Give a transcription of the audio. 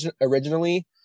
originally